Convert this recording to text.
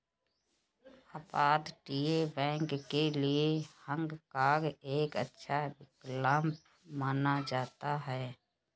अपतटीय बैंक के लिए हाँग काँग एक अच्छा विकल्प माना जाता है